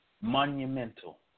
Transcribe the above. monumental